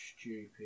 stupid